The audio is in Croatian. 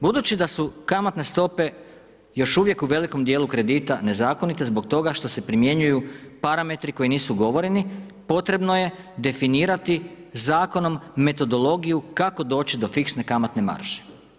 Budući da su kamatne stope još uvijek u velikom dijelu kredita nezakonite zbog toga što se primjenjuju parametri koji nisu ugovoreni, potrebno je definirati zakonom metodologiju kako doći do fiksne kamatne marže.